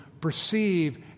perceive